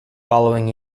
following